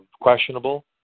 questionable